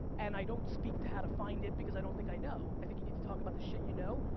and i don't speak to how to find it because i don't think i know, i think you need to talk about the shit you know.